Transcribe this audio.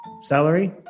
salary